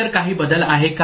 इतर काही बदल आहे का